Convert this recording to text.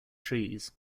trees